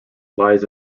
lies